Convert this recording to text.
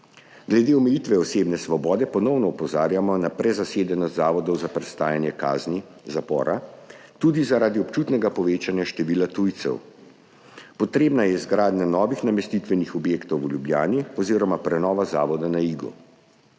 Glede omejitve osebne svobode ponovno opozarjamo na prezasedenost zavodov za prestajanje kazni – zaporov, tudi zaradi občutnega povečanja števila tujcev. Potrebna je izgradnja novih namestitvenih objektov v Ljubljani oziroma prenova zavoda na Igu.